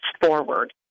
Forward